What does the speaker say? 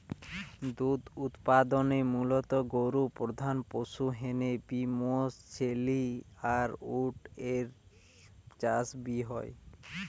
দুধ উতপাদনে মুলত গরু প্রধান পশু হ্যানে বি মশ, ছেলি আর উট এর চাষ বি হয়